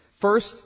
First